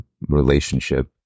relationship